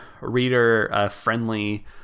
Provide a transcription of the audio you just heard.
reader-friendly